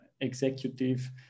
executive